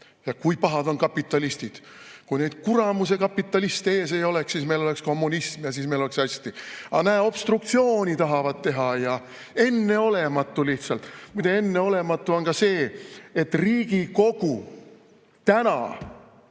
ja kui pahad on kapitalistid. Kui neid kuramuse kapitaliste ees ei oleks, siis meil oleks kommunism ja siis meil oleks hästi. Aga näe, obstruktsiooni tahavad teha ja see on lihtsalt enneolematu. Muide, enneolematu on ka see, et Riigikogu täna